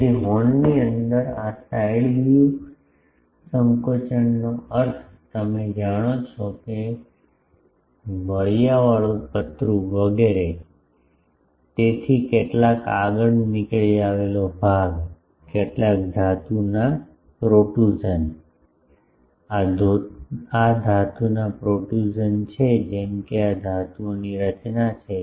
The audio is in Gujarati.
તેથી હોર્નની અંદર આ સાઇડ વ્યૂ સંકોચનનો અર્થ તમે જાણો છો કે વળિયાવાળું પતરું વગેરે તેથી કેટલાક આગળ નીકળી આવેલો ભાગ કેટલાક ધાતુના પ્રોટ્રુઝન આ ધાતુના પ્રોટ્રુઝન છે જેમ કે આ ધાતુઓની રચનાઓ છે